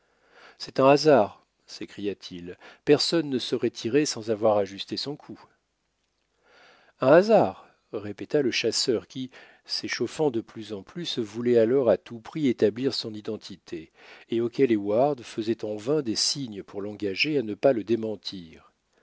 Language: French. c'est un hasard s'écria-t-il personne ne saurait tirer sans avoir ajusté son coup un hasard répéta le chasseur qui s'échauffant de plus en plus voulait alors à tout prix établir son identité et auquel heyward faisait en vain des signes pour l'engager à ne pas le démentir